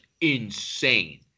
insane